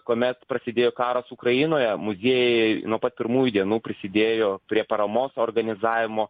kuomet prasidėjo karas ukrainoje muziejai nuo pat pirmųjų dienų prisidėjo prie paramos organizavimo